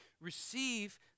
receive